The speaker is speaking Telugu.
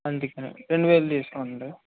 అందుకనే రెండు వేలు తీసుకోండి